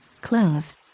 clothes